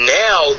now